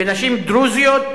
בנשים דרוזיות,